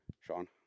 Sean